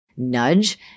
nudge